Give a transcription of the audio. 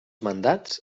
mandats